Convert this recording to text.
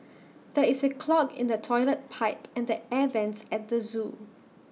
there is A clog in the Toilet Pipe and the air Vents at the Zoo